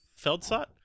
Feldsot